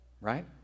Right